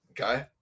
okay